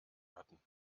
hatten